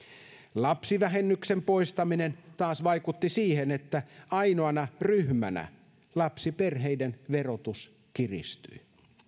lapsivähennyksen poistaminen taas vaikutti siihen että ainoana ryhmänä lapsiperheiden verotus kiristyy